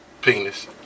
penis